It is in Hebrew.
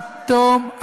אז הפופוליזם ניצח.